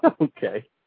okay